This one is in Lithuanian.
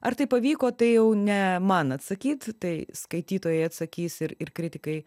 ar tai pavyko tai jau ne man atsakyt tai skaitytojai atsakys ir ir kritikai